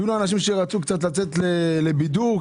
אנשים רצו לצאת לבידור,